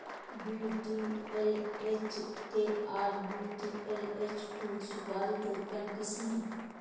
VTLH एक आर VTLH दू सुपारी के उन्नत किस्म हय